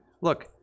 Look